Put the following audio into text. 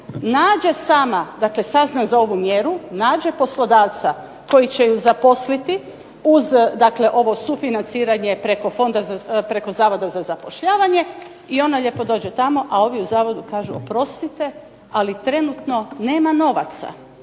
nađe sama, sazna za ovu mjeru, nađe poslodavca koji će ju zaposliti uz dakle ovo sufinanciranje preko Zavoda za zapošljavanje, i ona lijepo dođe tamo a ovi u Zavodu kažu oprostite trenutno nema novaca,